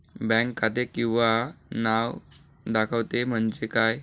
Bank खाते किंवा नाव दाखवते म्हणजे काय?